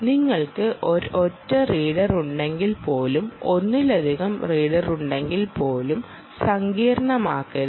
നിങ്ങൾക്ക് ഒരൊറ്റ റീഡറുണ്ടെങ്കിൽപ്പോലും ഒന്നിലധികം റീഡറുണ്ടെങ്കിൽപ്പോലും സങ്കീർണ്ണമാക്കരുത്